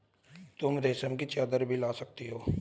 तुम रेशम की चद्दर भी ला सकती हो